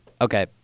okay